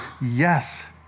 yes